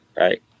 right